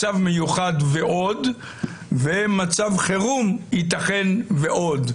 מצב מיוחד ועוד ומצב חירום יתכן ועוד.